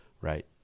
right